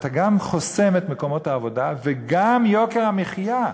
אתה גם חוסם את מקומות העבודה, וגם יוקר המחיה,